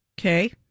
Okay